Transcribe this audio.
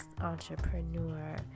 entrepreneur